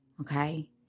Okay